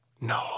No